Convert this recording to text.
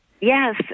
Yes